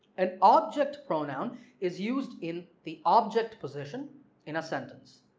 an object pronoun is used in the object position in a sentence.